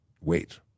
wait